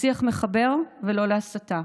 לשיח מחבר ולא להסתה,